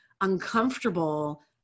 uncomfortable